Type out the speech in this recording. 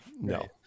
No